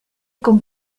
con